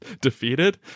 defeated